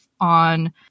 on